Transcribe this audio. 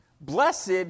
blessed